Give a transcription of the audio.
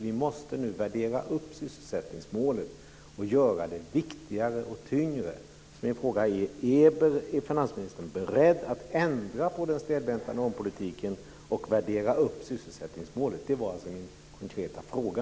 Vi måste nu värdera upp sysselsättningsmålet och göra det viktigare och tyngre. Är finansministern beredd att ändra på den stelbenta normpolitiken och värdera upp sysselsättningsmålet? Det var alltså min konkreta fråga.